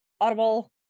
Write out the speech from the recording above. audible